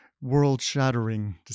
world-shattering